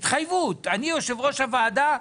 אני יושב-ראש הוועדה,